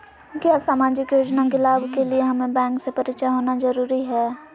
क्या सामाजिक योजना के लाभ के लिए हमें बैंक से परिचय होना जरूरी है?